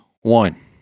One